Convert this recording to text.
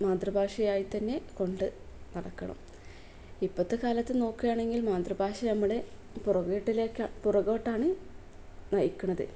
മാതൃഭാഷയായി തന്നെ കൊണ്ട് നടക്കണം ഇപ്പോഴത്തെ കാലത്ത് നോക്കുകയാണെങ്കിൽ മാതൃഭാഷ നമ്മുടെ പുറകോട്ടിലേക്ക് പുറകോട്ടാണ് നയിക്കുന്നത്